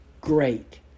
great